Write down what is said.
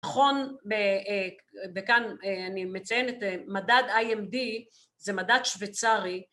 ‫נכון, וכאן אני מציינת, ‫מדד איי-אם-די זה מדד שוויצרי.